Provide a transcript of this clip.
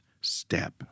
step